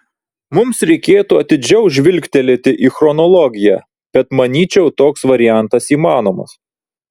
mums reikėtų atidžiau žvilgtelėti į chronologiją bet manyčiau toks variantas įmanomas